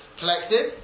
collected